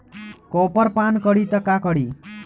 Copper पान करी त का करी?